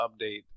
update